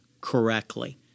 correctly